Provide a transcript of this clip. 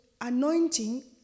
anointing